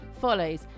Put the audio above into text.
follows